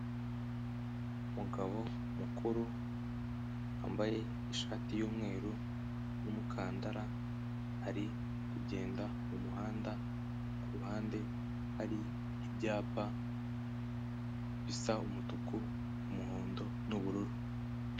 Umugabo mukuru wambaye ishati y'umweru n'umukandara, ari kugenda mu muhanda ku ruhande hari ibyapa bisa umutuku, umuhondo n'ubururu.